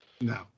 no